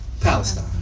Palestine